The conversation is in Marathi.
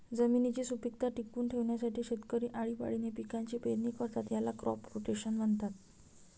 जमिनीची सुपीकता टिकवून ठेवण्यासाठी शेतकरी आळीपाळीने पिकांची पेरणी करतात, याला क्रॉप रोटेशन म्हणतात